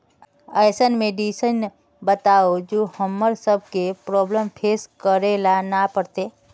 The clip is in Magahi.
ऐसन मेडिसिन बताओ जो हम्मर सबके प्रॉब्लम फेस करे ला ना पड़ते?